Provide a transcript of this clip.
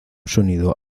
sonido